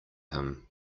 him